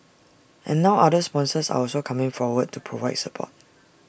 and now other sponsors are also coming forward to provide support